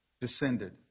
descended